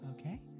Okay